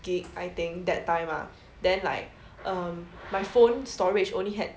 G_B I think that time lah then like um my phone storage only had